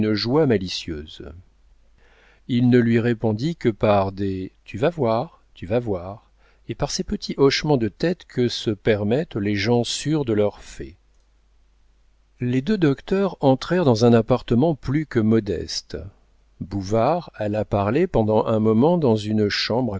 joie malicieuse il ne lui répondit que par des tu vas voir tu vas voir et par ces petits hochements de tête que se permettent les gens sûrs de leur fait les deux docteurs entrèrent dans un appartement plus que modeste bouvard alla parler pendant un moment dans une chambre